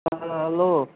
ہاں ہلو